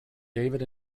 david